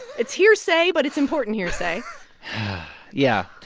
it's hearsay, but it's important hearsay yeah.